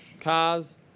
cars